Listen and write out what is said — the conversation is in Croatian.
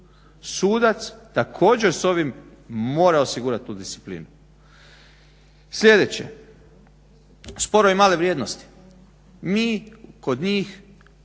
Sudac također sa ovim mora osigurat tu disciplinu. Sljedeće, sporovi male vrijednosti. Mi kod njih